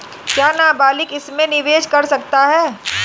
क्या नाबालिग इसमें निवेश कर सकता है?